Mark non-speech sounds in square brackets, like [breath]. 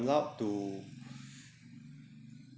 not to [breath]